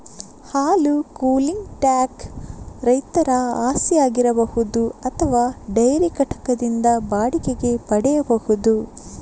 ಹಾಲು cooling tank ರೈತರ ಆಸ್ತಿಯಾಗಿರಬಹುದು ಅಥವಾ ಡೈರಿ ಘಟಕದಿಂದ ಬಾಡಿಗೆಗೆ ಪಡೆಯಬಹುದು